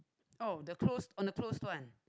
oh the closed on the closed one